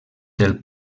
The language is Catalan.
del